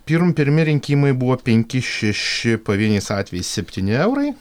pirm pirmi rinkimai buvo penki šeši pavieniais atvejais septyni eurai